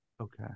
Okay